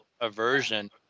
aversion